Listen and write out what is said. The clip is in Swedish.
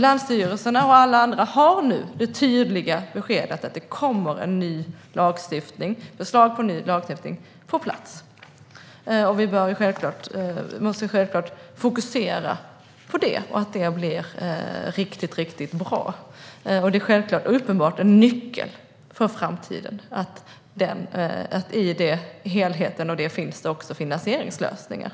Länsstyrelserna och alla andra har nu fått det tydliga beskedet att det kommer förslag på ny lagstiftning på plats. Vi måste självklart fokusera på att det blir riktigt, riktigt bra, och det är självklart och uppenbart en nyckel för framtiden att det i den helheten också finns finansieringslösningar.